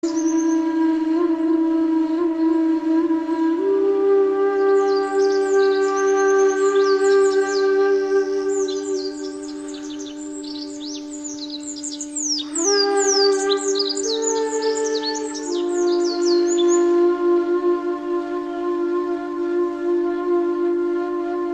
‫‫‫